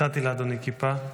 הצעתי לאדוני כיפה.